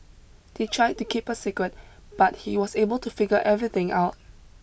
they tried to keep a secret but he was able to figure everything out